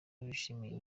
bishimiye